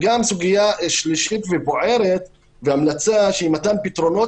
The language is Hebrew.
סוגיה שלישית ובוערת והמלצה מתן פתרונות